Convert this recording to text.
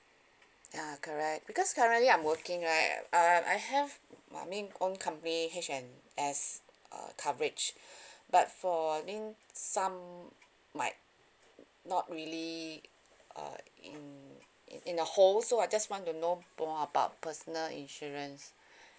ya correct because currently I'm working right uh I have I mean own company H&S uh coverage but for I think some might not really uh in in a whole so I just want to know more about personal insurance